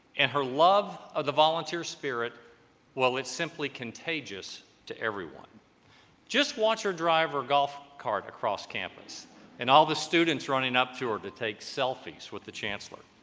and her love of the volunteer spirit well it's simply contagious to everyone just watch her drive or golf cart across campus and all the students running up to her to take selfies with the chancellor